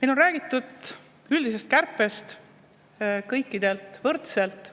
Meil on räägitud üldisest kärpest kõikidele võrdselt.